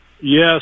Yes